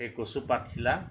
সেই কচুপাতখিলা